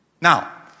Now